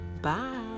Bye